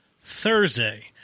Thursday